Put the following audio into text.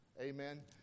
amen